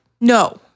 No